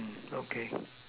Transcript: okay